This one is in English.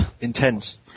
Intense